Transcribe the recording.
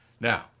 Now